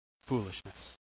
foolishness